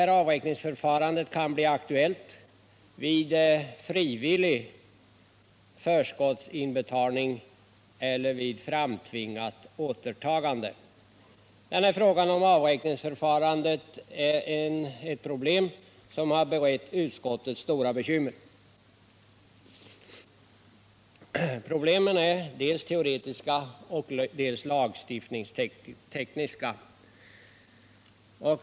Sådant avräkningsförfarande kan bli aktuellt vid frivillig förskottsinbetalning eller vid framtvingat återtagande. Frågan om avräkningsförfarandet har berett utskottet stora bekymmer. Problemen är dels teoretiska, dels lagstiftningstekniska.